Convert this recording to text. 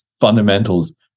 fundamentals